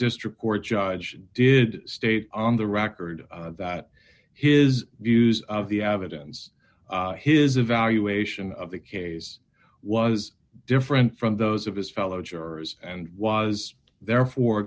district court judge did state on the record that his views of the evidence his evaluation of the case was different from those of his fellow jurors and was therefor